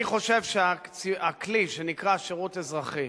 אני חושב שהכלי שנקרא שירות אזרחי